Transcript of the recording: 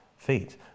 feet